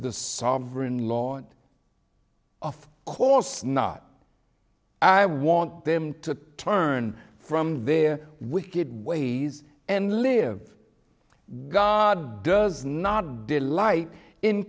lord of course not i want them to turn from their wicked ways and live god does not delight in